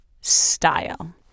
style